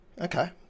Okay